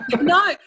No